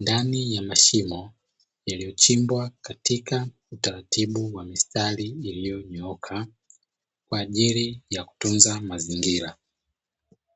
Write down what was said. ndani ya mashimo yaliyochimbwa katika utaratibu wa mistari iliyonyooka, kwa ajili ya kutunza mazingira.